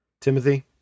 timothy